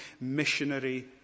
missionary